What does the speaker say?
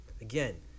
Again